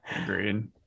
agreed